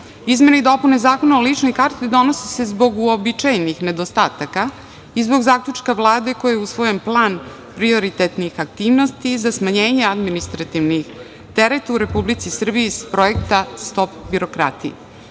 Izmene i dopune Zakona o ličnoj karti donosi se zbog uobičajenih nedostataka i zbog zaključka Vlade koji je usvojen plan prioritetnih aktivnosti i za smanjenje administrativni teret u Republici Srbiji s projekta „Stop